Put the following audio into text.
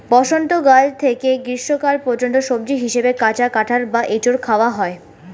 বসন্তকাল থেকে গ্রীষ্মকাল পর্যন্ত সবজি হিসাবে কাঁচা কাঁঠাল বা এঁচোড় খাওয়া হয়